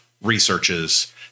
researches